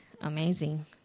amazing